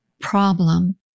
problem